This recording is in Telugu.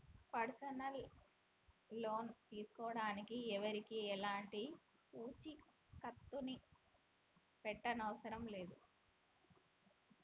పర్సనల్ లోన్ తీసుకోడానికి ఎవరికీ ఎలాంటి పూచీకత్తుని పెట్టనవసరం లేదు